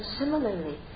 similarly